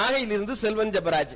நாகையிலிருந்து Selvan Jebaraj